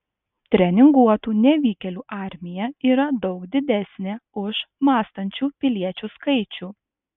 treninguotų nevykėlių armija yra daug didesnė už mąstančių piliečių skaičių